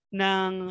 ng